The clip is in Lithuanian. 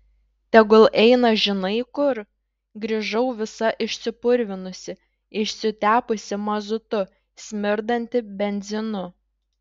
tegul eina žinai kur grįžau visa išsipurvinusi išsitepusi mazutu smirdanti benzinu